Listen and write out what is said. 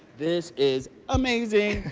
this is amazing.